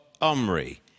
Omri